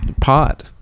pot